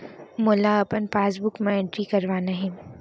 मोला अपन पासबुक म एंट्री करवाना हे?